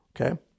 Okay